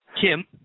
Kim